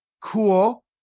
cool